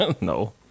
No